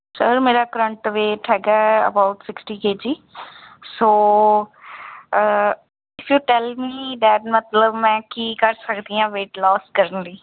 sir ਮੇਰਾ current weight ਹੈਗਾ about sixty K G so sir tell me that ਮਤਲਬ ਮੈਂ ਕੀ ਕਰ ਸਕਦੀ ਹਾਂ ਵੇਟ ਲੋਸ ਕਰਨ ਲਈ